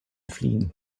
fliehen